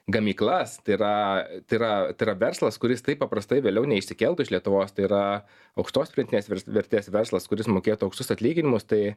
gamyklas tai yra tai yra tai yra verslas kuris taip paprastai vėliau neišsikeltų iš lietuvos tai yra aukštos pritnės vertės verslas kuris mokėtų aukštus atlyginimus tai